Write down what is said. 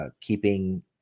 keeping